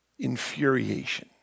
infuriation